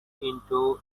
into